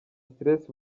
stress